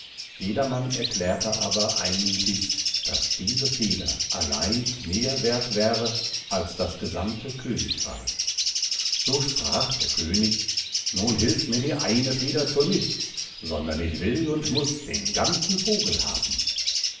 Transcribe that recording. jedermann erklärte aber einmüthig daß diese feder allein mehr werth wäre als das gesammte königreich so sprach der könig nun hilft mir die eine feder zu nichts sondern ich will und muß den ganzen vogel haben